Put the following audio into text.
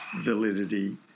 validity